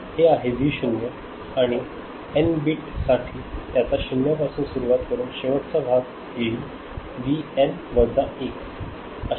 हे आहे व्ही 0 आणि एन बीट साठी त्याचा शून्यापासून सुरुवात करून शेवटचा भाग व्ही एन् वजा 1